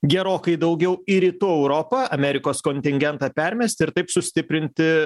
gerokai daugiau į rytų europą amerikos kontingentą permesti ir taip sustiprinti